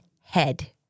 head